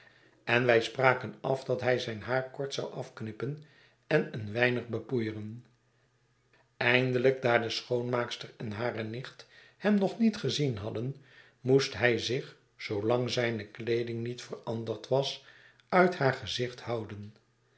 en wij spraken af dat hij zijn haar kort zou afknippen en een weinig bepoeieren eindelijk daar de schoonmaakster en hare nicht hem nog niet gezien hadden moest hij zich zoolang zijne kleeding nietveranderd was uit haar gezicht houden